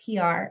PR